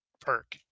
perk